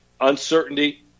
uncertainty